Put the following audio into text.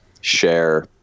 share